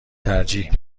ترجیح